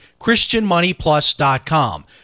christianmoneyplus.com